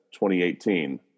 2018